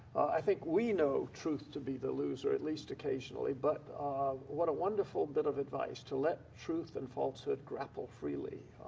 i think we know truth to be the loser, at least occasionally. but what wonderful bit of advice, to let truth and falsehood grapple freely.